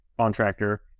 contractor